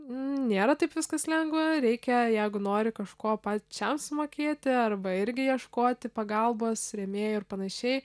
nėra taip viskas lengva reikia jeigu nori kažko pačiam sumokėti arba irgi ieškoti pagalbos rėmėjų ir panašiai